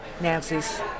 Nancy's